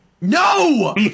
No